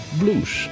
blues